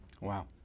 Wow